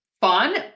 fun